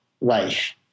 life